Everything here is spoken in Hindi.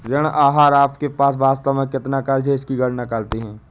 ऋण आहार आपके पास वास्तव में कितना क़र्ज़ है इसकी गणना करते है